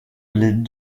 les